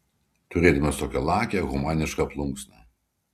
turėdamas tokią lakią humanišką plunksną